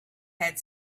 had